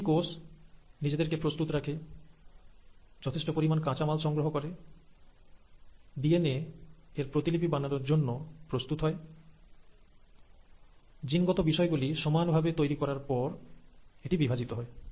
প্রতিটি কোষ নিজেদেরকে প্রস্তুত রাখে যথেষ্ট পরিমাণ কাঁচামাল সংগ্রহ করে ডিএনএ এর প্রতিলিপি বানানোর জন্য প্রস্তুত হয় জিন গত বিষয় গুলি সমান ভাবে তৈরি করার পর এটি বিভাজিত হয়